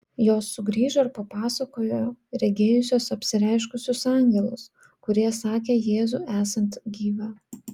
jos sugrįžo ir papasakojo regėjusios apsireiškusius angelus kurie sakę jėzų esant gyvą